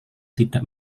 tidak